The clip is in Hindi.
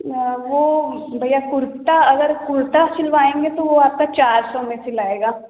वो भैया कुर्ता अगर कुर्ता सिलवाएँगे तो वो आपका चार सौ में सिलाएगा